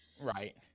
right